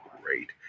great